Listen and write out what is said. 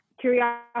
curiosity